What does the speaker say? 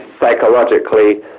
psychologically